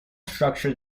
structure